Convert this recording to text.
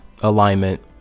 alignment